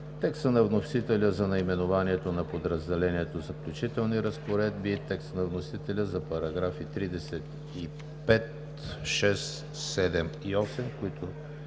текста на вносителя за наименованието на подразделението „Заключителни разпоредби“; и текста на вносителя за параграфи 35, 36, 37 и 38, които